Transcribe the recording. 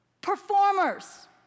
performers